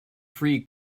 free